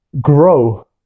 grow